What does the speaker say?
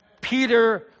Peter